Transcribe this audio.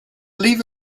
leave